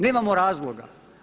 Nemamo razloga.